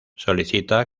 solicita